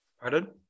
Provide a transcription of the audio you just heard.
Pardon